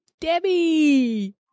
Debbie